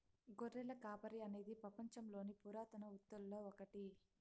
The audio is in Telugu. గొర్రెల కాపరి అనేది పపంచంలోని పురాతన వృత్తులలో ఒకటి